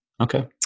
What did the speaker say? Okay